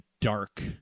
dark